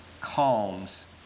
calms